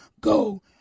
go